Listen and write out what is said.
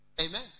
Amen